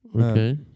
Okay